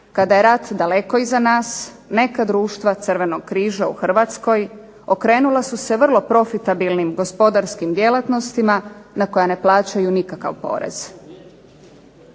Kada je rat daleko iza nas neka društva crvenog križa u Hrvatskoj okrenula su se vrlo profitabilnim gospodarskim djelatnostima na koja ne plaćaju nikakav porez.